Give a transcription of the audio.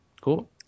Cool